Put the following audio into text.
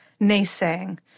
naysaying